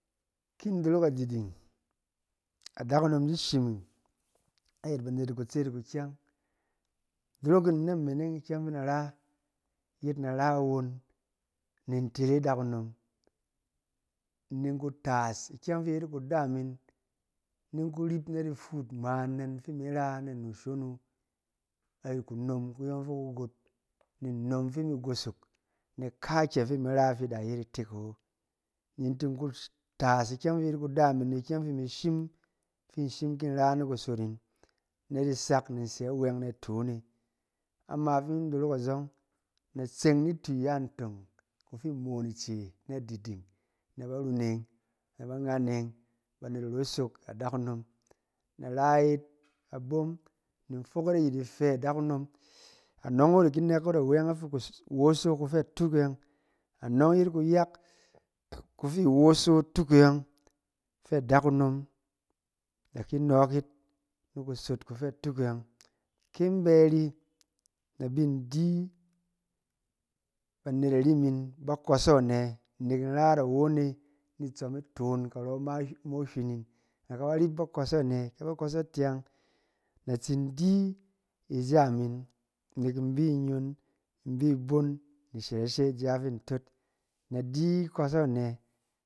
Ki in dorok na diding, adakunom di shiming ayɛt banet kutset ni kukyang. Idorok in na mining ikyɛng fin in da ra yet, na ra awon, ni tere adakunom, ni in ku tas ikyɛng fɛ yet kudaam 'in, ni in ku rip na di fuut ngma anɛn fi in ra anu shon wu, ayɛt kunom fɛ ku got, ni nnom fi ku mi gosok, nɛk kakƴɛ fi imi ra fɛ da i yet itek awo. Ni tin ku tas- ikyɛng fi i yet kudaam 'in, ni ikyɛng fi imi shim, fi in shim in ra ni kusot ꞌin, na sak ni in sɛ awɛng naton e. Ama fi in dorok azɔng, na tse nitu iya ntong, ifi moon ice nadiding, na baruneng, na banyaneng, banet irosok adakunom. Na ra yit abom, ni in fok yit ayɛt ifɛ adakunom, anɔng wu da ki nɔɔk yit awɛng afi ku-woso afɛ atuk e yɔng, a nɔɔk it kuyak ifi woso atuk e yɔng, fɛ adakunom da ki nɔɔk yit ni kusot atuk e yɔng. Ki in bɛ ari, na bi di- banet ari min kɔsɔ anɛ? Nɛk in ra yit awon e ni tsɔm itoon karɔ mamo hywining. Na ka ba rip ba kɔsɔ anɛ? Ke ba kɔsɔ kyang, na tsin di ija min, nɛk in bi nyon, in bi íbon ni shɛrɛshɛ ija fin in tot. Na di ikɔsɔ anɛ?